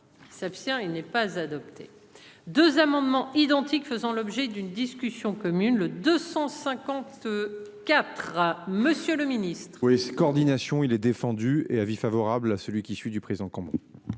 S'appuyant il n'est pas adopté. 2 amendements identiques, faisant l'objet d'une discussion commune le 254 monsieur le ministre. Oui, coordination il est défendu et avis favorable à celui qui, celui du président comment.